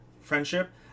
friendship